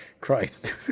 christ